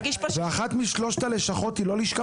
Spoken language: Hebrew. ואחת משלושת הלשכות היא לא לשכה פרטית?